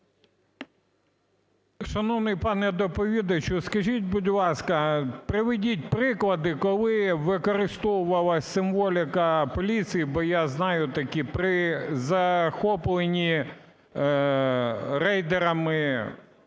Шановний пане доповідачу, скажіть, будь ласка, приведіть приклади, коли використовувалась символіка поліції? Бо я знаю такі при захопленні рейдерами об'єктів